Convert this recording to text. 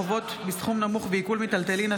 (חובות בסכום נמוך ועיקול מיטלטלין),